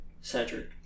Cedric